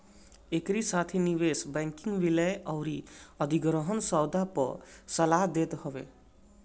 एकरी साथे निवेश बैंकिंग विलय अउरी अधिग्रहण सौदा पअ सलाह देत हवे